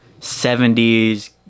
70s